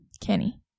Kenny